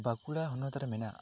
ᱵᱟᱸᱠᱩᱲᱟ ᱦᱚᱱᱚᱛ ᱨᱮ ᱢᱮᱱᱟᱜ